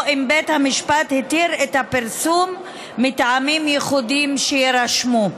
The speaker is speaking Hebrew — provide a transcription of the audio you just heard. או אם בית המשפט התיר את הפרסום מטעמים מיוחדים שיירשמו.